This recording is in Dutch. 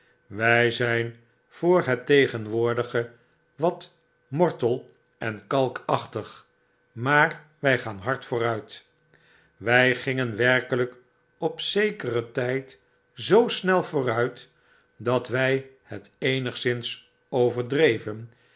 wij zyn voor het tegenwoordige wat mortel en kalkachtig maar wy gaan hard vooruit wy gingen werkelijk op zekeren tijd zoo snel vooruit dat wy het eenigszins overdreven